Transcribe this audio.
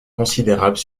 considérable